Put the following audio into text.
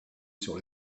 sur